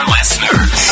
listeners